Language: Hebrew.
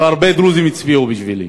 והרבה דרוזים הצביעו בשבילי,